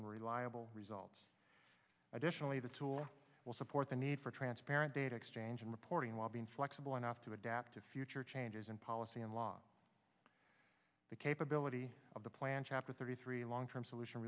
and reliable results additionally the tool will support the need for transparent data exchange and reporting while being flexible enough to adapt to future changes in policy and law the capability of the plan chapter thirty three long term solution